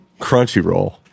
Crunchyroll